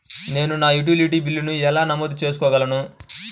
నేను నా యుటిలిటీ బిల్లులను ఎలా నమోదు చేసుకోగలను?